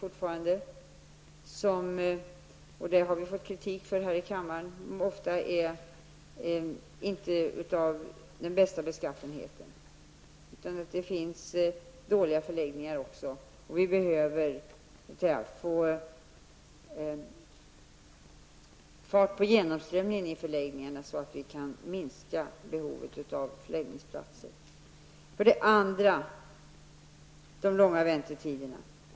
Vi har ofta här i kammaren fått kritik för att dessa förläggningar inte är av bästa beskaffenhet. Det finns förvisso dåliga förläggningar, och vi behöver få fart på genomströmningarna i förläggningarna så att det blir möjligt att minska behovet av förläggningsplatser. En annan sak gäller de långa väntetiderna.